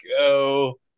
go